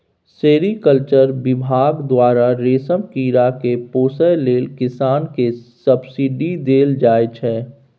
sericulture बिभाग द्वारा रेशम कीरा केँ पोसय लेल किसान केँ सब्सिडी देल जाइ छै